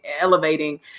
elevating